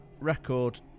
record